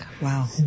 Wow